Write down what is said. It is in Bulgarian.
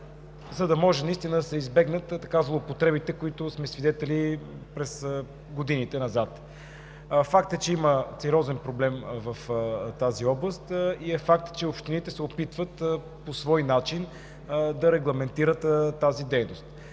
за да може наистина да се избегнат злоупотребите, на които сме свидетели през годините назад. Факт е, че има сериозен проблем в тази област, и е факт, че общините се опитват по свой начин да регламентират тази дейност.